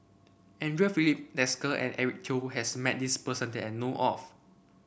Andre Filipe Desker and Eric Teo has met this person that I know of